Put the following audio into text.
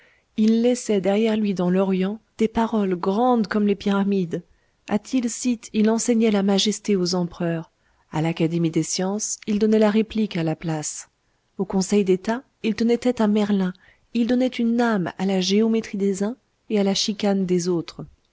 il laissait derrière lui dans l'orient des paroles grandes comme les pyramides à tilsitt il enseignait la majesté aux empereurs à l'académie des sciences il donnait la réplique à laplace au conseil d'état il tenait tête à merlin il donnait une âme à la géométrie des uns et à la chicane des autres